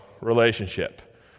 relationship